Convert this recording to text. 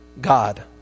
god